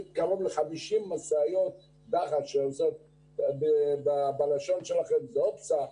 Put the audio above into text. קרוב ל-50 משאיות דחס שעובדות 20 שנה.